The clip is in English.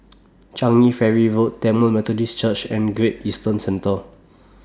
Changi Ferry Road Tamil Methodist Church and Great Eastern Centre